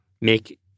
make